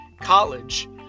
college